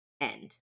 end